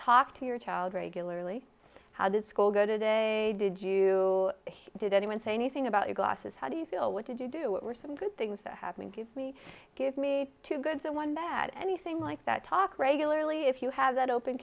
talk to your child regularly how did school go today did you did anyone say anything about your glasses how do you feel what did you do what were some good things that happened give me give me two good so one bad anything like that talk regularly if you have that open